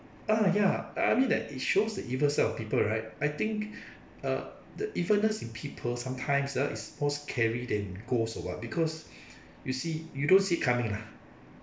ah ya uh I mean that it shows the evil side of people right I think uh the evilness in people sometimes ah is more scary than ghost or what because you see you don't see it coming lah